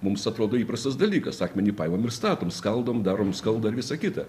mums atrodo įprastas dalykas akmenį paimam ir statom skaldom darom skaldą ir visa kita